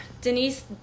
Denise